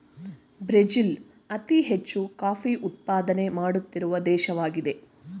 Brazil ಅತಿ ಹೆಚ್ಚು coffee ಉತ್ಪಾದನೆ ಮಾಡುತ್ತಿರುವ ದೇಶವಾಗಿದೆ